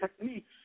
techniques